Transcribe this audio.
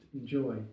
enjoy